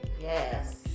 Yes